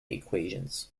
equations